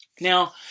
Now